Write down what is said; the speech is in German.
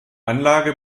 anlage